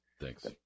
Thanks